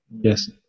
yes